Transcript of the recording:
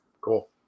cool